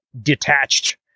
detached